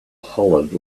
hollered